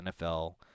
NFL